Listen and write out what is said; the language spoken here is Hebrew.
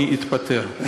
מי התפטר?